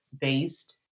based